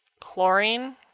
chlorine